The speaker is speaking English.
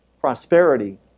prosperity